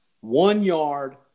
one-yard